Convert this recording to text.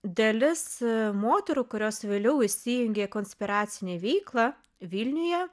dalis moterų kurios vėliau įsijungė į konspiracinę veiklą vilniuje